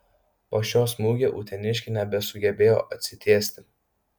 po šio smūgio uteniškiai nebesugebėjo atsitiesti